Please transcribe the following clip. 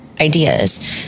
ideas